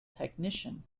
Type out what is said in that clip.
technician